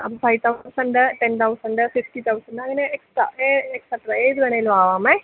അപ്പോൾ five thousand ten thousand fifty thousand അങ്ങനെ extra extra ഏത് വേണേലും ആകാമേ